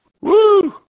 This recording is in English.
Woo